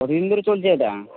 কতদিন ধরে চলছে এটা